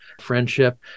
friendship